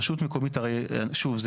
הרשות המקומית, שוב זה